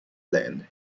land